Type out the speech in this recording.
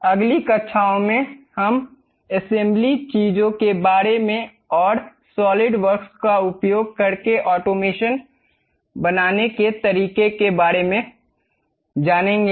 अगली कक्षाओं में हम असेंबली चीजों के बारे में और इस सोलिडवर्क्स का उपयोग करके ऑटोमेशन बनाने के तरीके के बारे में जानेंगे